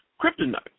kryptonite